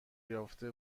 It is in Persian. یافته